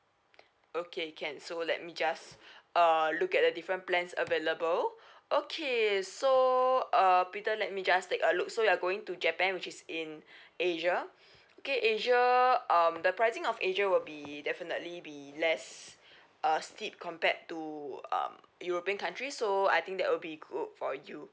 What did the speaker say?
okay can so let me just err look at the different plans available okay so err peter let me just take a look so you're going to japan which is in asia okay asia um the pricing of asia will be definitely be less uh steep compared to um european country so I think that will be good for you